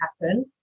happen